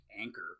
anchor